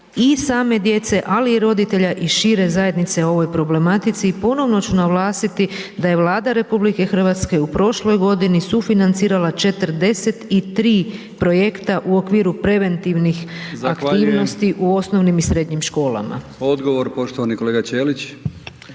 i same djece, ali i roditelja i šire zajednice o ovoj problematici i ponovno ću naglasiti da je Vlada RH u prošloj godini sufinancirala 43 projekta u okviru preventivnih …/Upadica: Zahvaljujem/…aktivnosti u osnovnim i srednjim školama. **Brkić, Milijan (HDZ)** Odgovor poštovani kolega Ćelić.